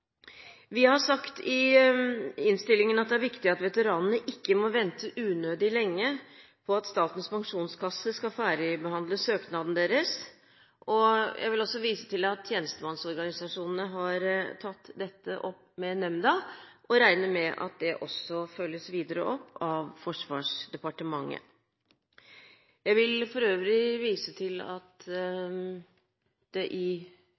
Vi har sagt i innstillingen at det er viktig at veteranene ikke må vente unødig lenge på at Statens pensjonskasse skal ferdigbehandle søknadene deres. Jeg vil også vise til at tjenestemannsorganisasjonene har tatt dette opp med nemnda, og regner med at det også følges videre opp av Forsvarsdepartementet. Jeg vil for øvrig vise til at det i